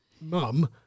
mum